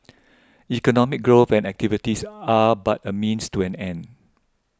economic growth and activities are but a means to an end